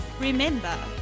Remember